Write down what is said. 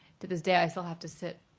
to this day i still have to sit